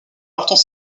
partant